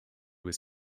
was